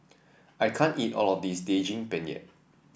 I can't eat all of this Daging Penyet